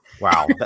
Wow